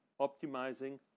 optimizing